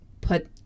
put